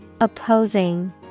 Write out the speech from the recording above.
Opposing